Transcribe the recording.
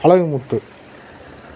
Alagumuthu